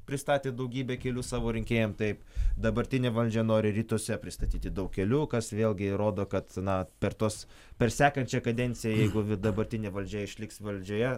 pristatė daugybę kelių savo rinkėjam taip dabartinė valdžia nori rytuose pristatyti daug kelių kas vėlgi rodo kad na per tuos per sekančią kadenciją jeigu dabartinė valdžia išliks valdžioje